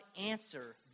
answer